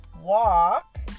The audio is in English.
walk